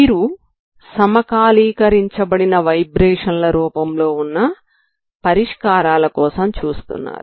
మీరు సమకాలీకరించబడిన వైబ్రేషన్ ల రూపంలో వున్న పరిష్కారాల కోసం చూస్తున్నారు